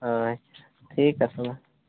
ᱦᱳᱭ ᱴᱷᱤᱠ ᱟᱪᱪᱷᱮ ᱢᱟ